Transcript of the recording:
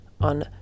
on